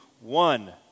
one